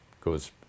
goes